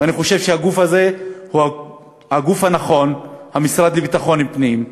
ואני חושב שהגוף הנכון הוא המשרד לביטחון פנים,